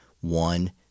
one